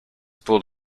pulled